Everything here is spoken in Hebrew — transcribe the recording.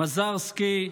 מזרסקי,